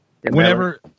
Whenever